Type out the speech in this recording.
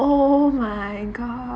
oh my god